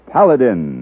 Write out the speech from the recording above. Paladin